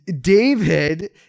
David